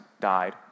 died